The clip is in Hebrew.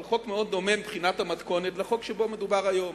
אבל חוק מאוד דומה מבחינת המתכונת לחוק שבו מדובר היום.